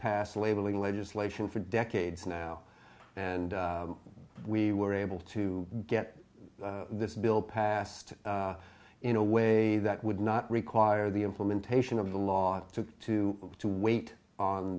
pass labeling legislation for decades now and we were able to get this bill passed in a way that would not require the implementation of the law to to to wait on